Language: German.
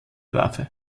waffe